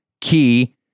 key